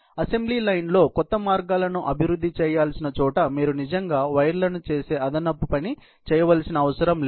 assembly line లో కొత్త మార్గాలను అభివృద్ధి చేయాల్సిన చోట మీరు నిజంగా వైర్లను వేసే అదనపు పని చేయాల్సిన అవసరం లేదు